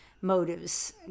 motives